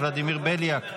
ולדימיר בליאק,